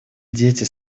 дети